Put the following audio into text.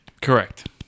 Correct